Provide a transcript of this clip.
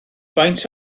faint